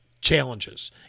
challenges